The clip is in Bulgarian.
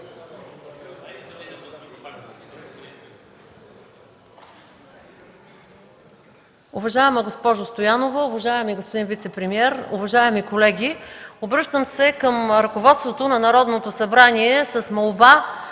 Уважаема госпожо Стоянова, уважаеми господин вицепремиер, уважаеми колеги! Обръщам се към ръководството на Народното събрание с молба,